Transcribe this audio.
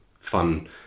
fun